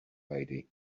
lady